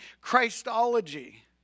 Christology